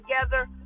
together